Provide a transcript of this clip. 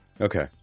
Okay